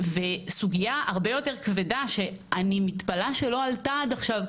סוגיה הרבה יותר כבדה שאני מתפלא שלא עלתה עד עכשיו,